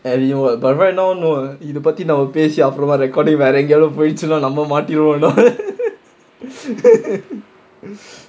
and you know but right now இது பத்தி நாம பேசி அப்புறமா:ithu pathi naama pesi recording வேற எங்கேயாச்சும் போயிருச்சுனா நாம மாட்டிருவோம்:vera engayaachum poyiruchunaa naama maatiruvom dah